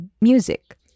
music